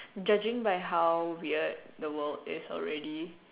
judging by how weird the world is already